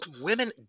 women